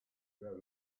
grow